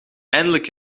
eindelijk